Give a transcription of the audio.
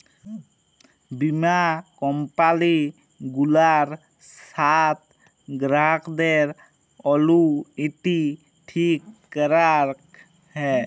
বীমা কম্পালি গুলার সাথ গ্রাহকদের অলুইটি ঠিক ক্যরাক হ্যয়